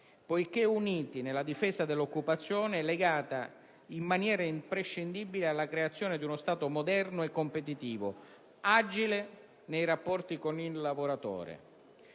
perché uniti nella difesa dell'occupazione e legati, in maniera imprescindibile, alla creazione di uno Stato moderno e competitivo, agile nei rapporti con il lavoratore.